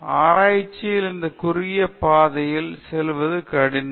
ஆராய்ச்சியில் அந்த குறுகிய பாதையில் செல்வது கடினம்